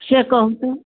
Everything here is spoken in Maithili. से कहू तऽ